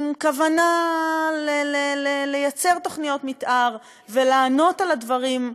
עם כוונה ליצור תוכניות מתאר ולענות על הדברים,